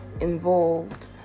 involved